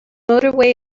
motorway